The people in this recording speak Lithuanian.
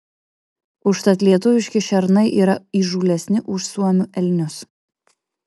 užtat lietuviški šernai yra įžūlesni už suomių elnius